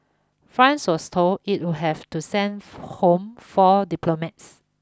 France was told it would have to send home four diplomats